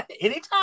anytime